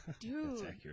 Dude